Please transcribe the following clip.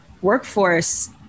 workforce